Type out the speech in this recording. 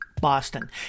Boston